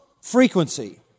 frequency